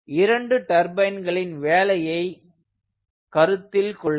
இரண்டு டர்பைன்களின் வேலையை கருத்தில் கொள்க